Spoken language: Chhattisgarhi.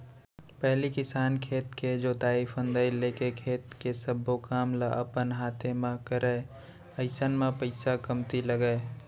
पहिली किसान खेत के जोतई फंदई लेके खेत के सब्बो काम ल अपन हाते म करय अइसन म पइसा कमती लगय